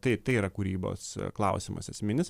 tai tai yra kūrybos klausimas esminis